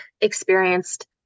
experienced